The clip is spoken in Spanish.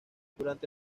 durante